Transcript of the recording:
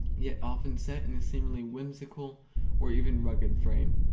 yet often set in a seemingly whimsical or even rugged frame.